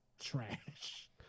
trash